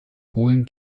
polen